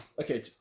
okay